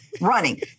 running